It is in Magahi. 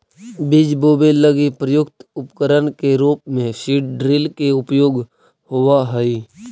बीज बोवे लगी प्रयुक्त उपकरण के रूप में सीड ड्रिल के उपयोग होवऽ हई